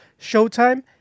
Showtime